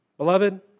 Beloved